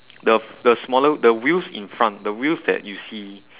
the the smaller the wheels the wheels in front the wheels the wheels that you see